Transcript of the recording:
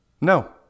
No